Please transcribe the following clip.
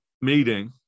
meeting